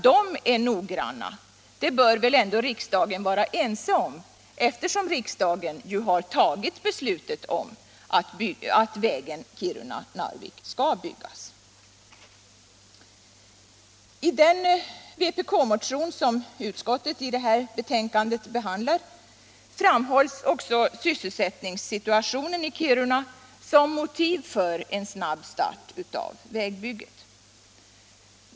De är noggranna, det lär ändå riksdagen vara ense om, eftersom riksdagen har tagit beslutet om att vägen Kiruna-Narvik skall byggas. I den vpk-motion som utskottet i det här betänkandet behandlar framhålls också sysselsättningssituationen i Kiruna som motiv för en snabb start av vägbygget.